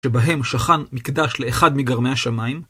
שבהם שכן מקדש לאחד מגרמי השמיים.